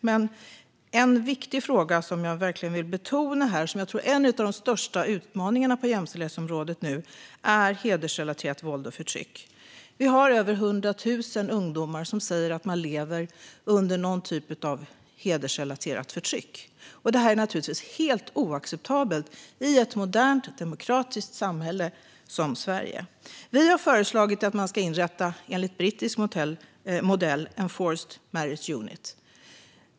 Men en viktig fråga som jag verkligen vill betona här, och som jag tror är en av de största utmaningarna på jämställdhetsområdet nu, är hedersrelaterat våld och förtryck. Vi har över 100 000 ungdomar som säger att de lever under någon typ av hedersrelaterat förtryck. Detta är naturligtvis helt oacceptabelt i ett modernt och demokratiskt samhälle som Sverige. Vi har föreslagit att man enligt brittisk modell ska inrätta en Forced Marriage Unit.